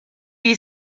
you